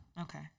Okay